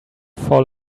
fall